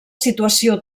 situació